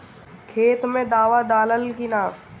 खेत मे दावा दालाल कि न?